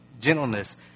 gentleness